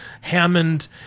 Hammond